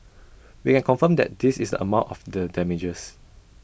we can confirm that this is the amount of the damages